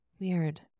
weird